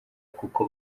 kuko